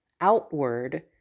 outward